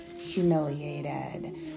Humiliated